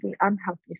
unhealthy